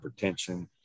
hypertension